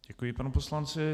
Děkuji panu poslanci.